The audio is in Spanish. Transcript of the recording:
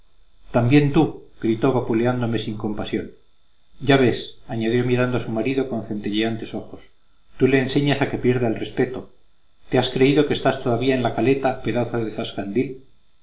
también tú gritó vapuleándome sin compasión ya ves añadió mirando a su marido con centelleantes ojos tú le enseñas a que pierda el respeto te has creído que estás todavía en la caleta pedazo de zascandil